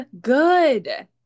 good